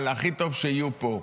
אבל הכי טוב שיהיו פה.